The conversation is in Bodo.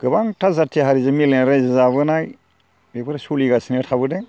गोबांथा जाथि हारिजों मिलायनानै रायजो जाबोनाय बेफोर सोलिगासिनो थाबोदों